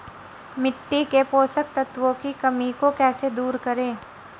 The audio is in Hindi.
मिट्टी के पोषक तत्वों की कमी को कैसे दूर करें?